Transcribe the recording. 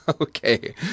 Okay